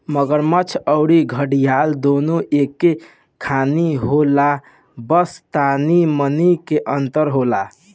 मगरमच्छ अउरी घड़ियाल दूनो एके खानी होला बस तनी मनी के अंतर होला